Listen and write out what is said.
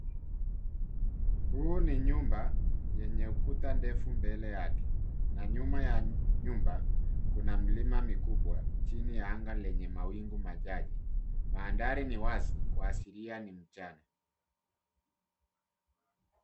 Huu ni nyumba, yenye ukuta ndefu mbele yake, na nyuma ya nyumba, kuna mlima mikubwa, chini ya anga lenye mawingu machache, mandhari ni wazi, kuashiria ni mchana.